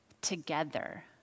together